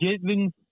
given